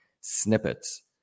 snippets